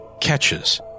catches